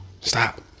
Stop